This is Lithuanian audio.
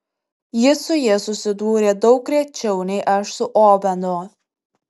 jis su ja susidūrė daug rečiau nei aš su ovenu